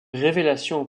révélation